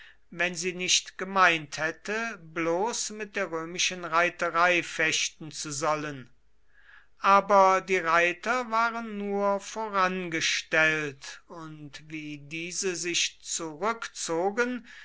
wenn sie nicht gemeint hätte bloß mit der römischen reiterei fechten zu sollen aber die reiter waren nur vorangestellt und wie diese sich zurückzogen